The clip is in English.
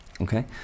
Okay